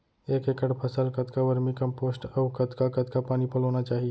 एक एकड़ फसल कतका वर्मीकम्पोस्ट अऊ कतका कतका पानी पलोना चाही?